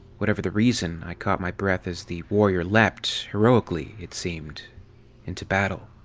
whatever the reason, i caught my breath as the warior leapt, heorically, it seemed into battle.